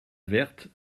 verte